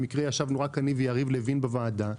במקרה ישבנו רק יריב לוין ואני בוועדה.